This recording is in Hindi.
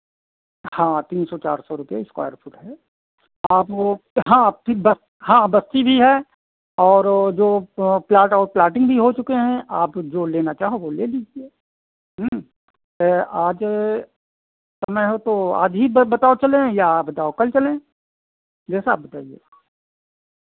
हाँ तीन सौ चार सौ रुपये स्क्वायर फ़ुट है आप वो यहाँ आपकी बस् हाँ बस्ती भी है और वो जो प्लाट और प्लाटिंग भी हो चुके हैं आप जो लेना चाहो वो ले लीजिए आज समय हो तो आज ही बताओ चलें या आप बताओ कल चलें जैसा आप बताइए